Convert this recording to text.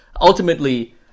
Ultimately